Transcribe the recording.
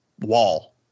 wall